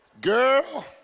Girl